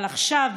אבל עכשיו,